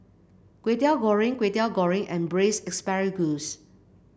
Kway Teow Goreng Kway Teow Goreng and Braised Asparagus